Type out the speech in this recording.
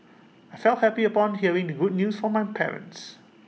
I felt happy upon hearing the good news from my parents